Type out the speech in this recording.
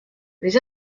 les